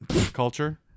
culture